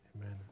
Amen